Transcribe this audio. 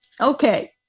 Okay